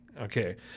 okay